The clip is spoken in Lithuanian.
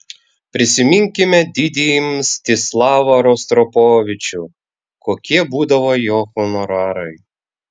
prisiminkime didįjį mstislavą rostropovičių kokie būdavo jo honorarai